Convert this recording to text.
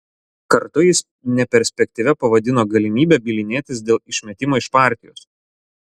kartu jis neperspektyvia pavadino galimybę bylinėtis dėl išmetimo iš partijos